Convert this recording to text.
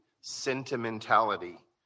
sentimentality